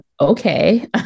okay